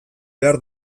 behar